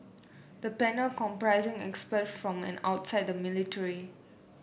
the panel comprising expert from and outside the military